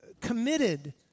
committed